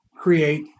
create